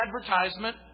advertisement